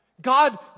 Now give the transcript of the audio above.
God